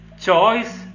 choice